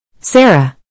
Sarah